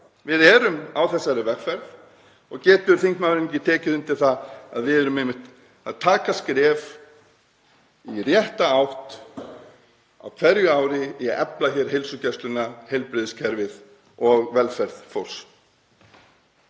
Við erum á þessari vegferð og getur þingmaðurinn ekki tekið undir það að við erum einmitt að stíga skref í rétta átt á hverju ári í að efla heilsugæsluna, heilbrigðiskerfið og velferð fólks?